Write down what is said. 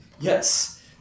yes